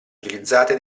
utilizzate